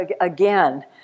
again